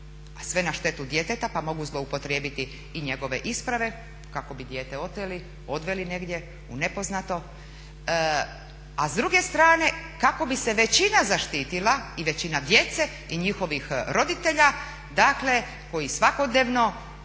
sve na štetu djeteta pa mogu zloupotrijebiti i njegove isprave kako bi dijete oteli, odveli negdje u nepoznato, a s druge strane kako bi se većina zaštitila i većina djece i njihovih roditelja koji svakodnevno